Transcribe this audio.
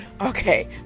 Okay